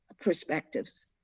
perspectives